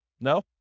no